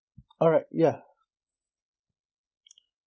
alright ya